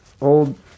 old